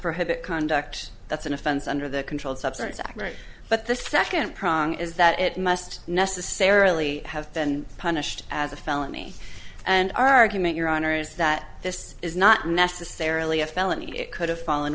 prohibit conduct that's an offense under the controlled substances act right but the second prong is that it must necessarily have been punished as a felony and argument your honor is that this is not necessarily a felony it could have fallen